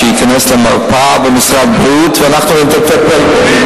שייכנס למרפאה במשרד הבריאות ואנחנו נטפל בו.